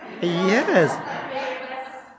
Yes